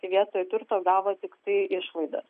tai vietoj turto gavo tiktai išlaidas